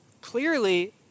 clearly